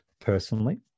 personally